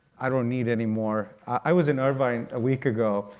i don't need any more. i was in irvine a week ago.